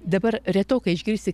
dabar retokai išgirsi